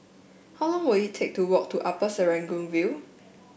how long will it take to walk to Upper Serangoon View